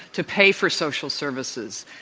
to pay for social services.